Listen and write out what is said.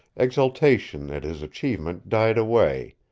exultation at his achievement died away,